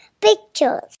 pictures